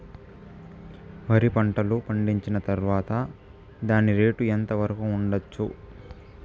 వరి పంటలు పండించిన తర్వాత దాని రేటు ఎంత వరకు ఉండచ్చు